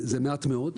וזה מעט מאוד.